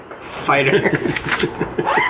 Fighter